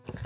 kiitos